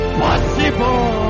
possible